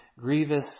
grievous